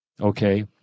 okay